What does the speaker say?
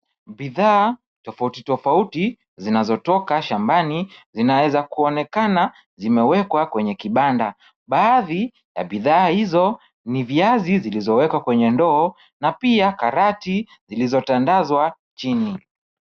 Bidhaa tofauti tofauti zinazotoka shambani, zinaweza kuonekana zimewekwa kwenye kibanda. Baadhi ya bidha hizo ni viazi zilizowekwa kwenye ndoo na pia karati zilizotandazwa chini.